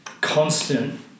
constant